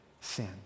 sin